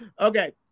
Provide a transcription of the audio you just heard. Okay